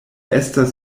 estas